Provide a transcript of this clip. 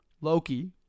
Loki